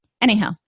Anyhow